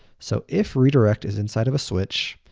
so if redirect is inside of a switch,